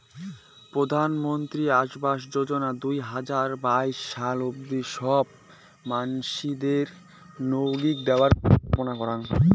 প্রধানমন্ত্রী আবাস যোজনা দুই হাজার বাইশ সাল অব্দি সব মানসিদেরনৌগউ দেওয়ার পরিকল্পনা করং